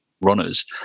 runners